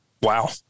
Wow